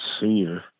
senior